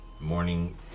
morning